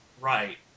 right